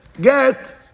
get